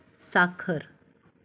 साखर